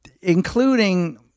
Including